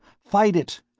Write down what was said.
fight it!